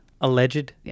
Alleged